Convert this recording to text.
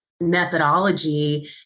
methodology